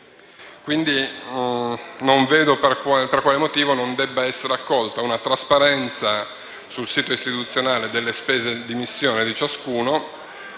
Quindi non vedo per quale motivo non debba essere accolta la richiesta di trasparenza sul sito istituzionale delle spese di missione di ciascuno.